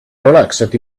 relaxed